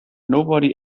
nobody